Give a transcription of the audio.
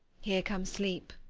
here comes sleep.